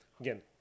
again